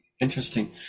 Interesting